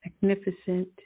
magnificent